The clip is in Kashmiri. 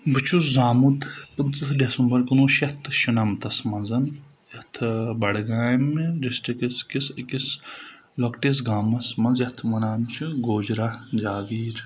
بہٕ چھُس زامُت پٕنٛژٕہ ڈیسمبر کُنوُہ شیٚتھ تہٕ شُنَمتس منٛز یتھ بڈگامہِ ڈِسٹِرکَس کِس أکِس لۄکٹِس گامَس منٛز یتھ ونان چھِ گُوجرَا جاگیٖر